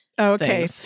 Okay